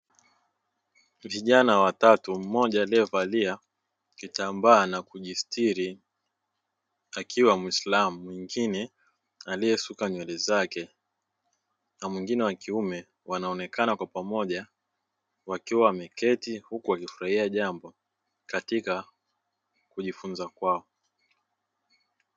Vijana watatu, mmoja aliyevalia kitambaa na kujisitiri akiwa muislamu mwingine aliyesuka nywele zake na mwingine wa kiume; wanaonekana kwa pamoja wakiwa wameketi huku wakifurahia jambo katika kujifunza kwao.